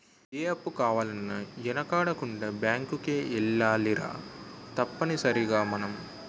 ఏ అప్పు కావాలన్నా యెనకాడకుండా బేంకుకే ఎల్లాలిరా తప్పనిసరిగ మనం